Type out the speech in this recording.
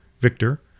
Victor